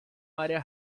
área